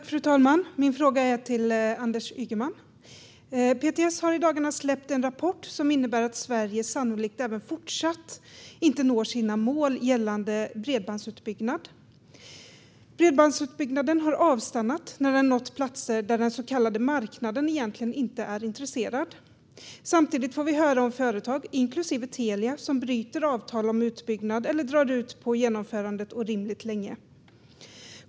Fru talman! Min fråga går till Anders Ygeman. PTS har i dagarna släppt en rapport som innebär att Sverige sannolikt inte heller fortsättningsvis når sina mål gällande bredbandsutbyggnad. Bredbandsutbyggnaden har avstannat när den har nått platser där den så kallade marknaden egentligen inte är intresserad. Samtidigt får vi höra om företag, inklusive Telia, som bryter avtal om utbyggnad eller drar ut på genomförandet orimligt länge.